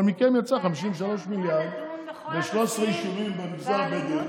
אבל מכם יצא 53 מיליארד שקלים ו-13 יישובים במגזר הבדואי.